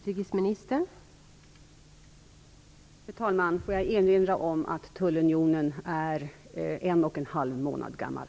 Fru talman! Får jag erinra om att tullunionen är en och en halv månad gammal.